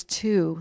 two